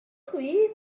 chwith